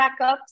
backups